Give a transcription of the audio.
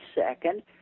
second